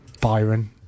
Byron